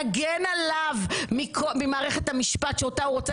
נגן עליו ממערכת המשפט שאותה הוא רוצה